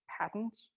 patent